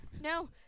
No